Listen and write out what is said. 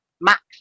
Max